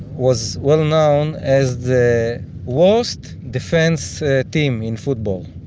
was well known as the worst defence team in football.